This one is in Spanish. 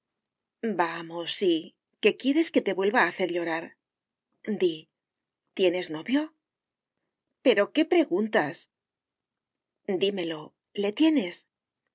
vamos sí que quieres que te vuelva a hacer llorar di tienes novio pero qué preguntas dímelo le tienes